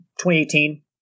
2018